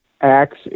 acts